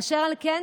אשר על כן,